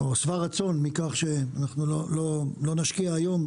שבע רצון מכך שלא נשקיע היום,